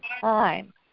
time